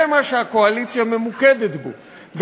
זה מה שהקואליציה ממוקדת בו,